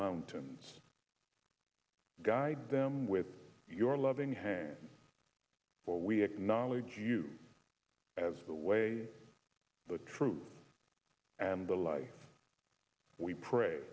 mountains guide them with your loving hands for we acknowledge you as the way the truth and the life we pray